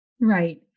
right